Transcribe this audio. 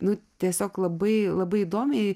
nu tiesiog labai labai įdomiai